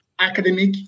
academic